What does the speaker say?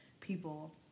people